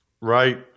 Right